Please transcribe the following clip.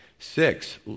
Six